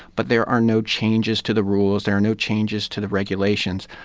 but there are no changes to the rules. there are no changes to the regulations.